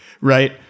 right